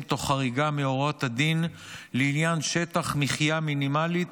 תוך חריגה מהוראות הדין לעניין שטח מחיה מינימלי,